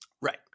Right